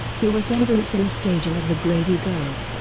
the resemblance in the staging of the grady girls